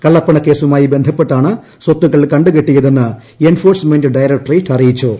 കള്ളപ്പണ കേസുമായി ബന്ധപ്പെട്ടാണ് സ്ത്യൂക്ട്ൾ കണ്ടുകെട്ടിയതെന്ന് എൻഫോഴ്സ്മെന്റ് ഡയറക്ടറേറ്റ് ആറി്യിച്ചു